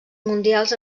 mundials